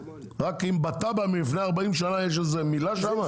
רק אם בתב"ע מלפני 40 שנה יש איזו מילה שם?